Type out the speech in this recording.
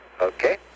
Okay